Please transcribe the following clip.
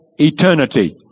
eternity